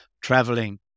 traveling